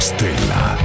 Stella